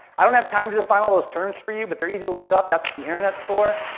i don't have time to define all those terms for you, but they're easy to look up. that's what the internet's for.